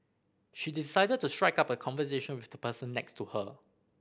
she decided to strike up a conversation with the person next to her